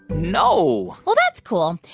no well, that's cool.